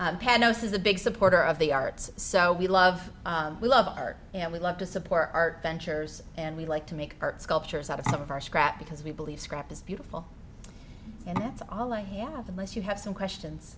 says a big supporter of the arts so we love we love art and we love to support our ventures and we like to make sculptures out of some of our scrap because we believe scrap is beautiful and that's all i have unless you have some questions